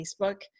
Facebook